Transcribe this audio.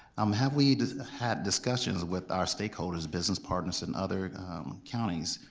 um have we had discussions with our stakeholders, business partners in other counties,